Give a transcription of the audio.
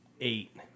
Eight